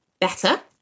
better